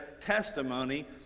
testimony